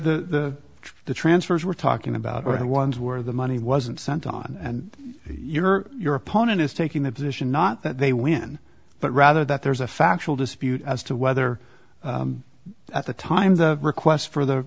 which the transfers we're talking about or have ones where the money wasn't sent on and your your opponent is taking the position not that they win but rather that there's a factual dispute as to whether at the time the request for the